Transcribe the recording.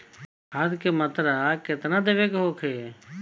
खाध के मात्रा केतना देवे के होखे?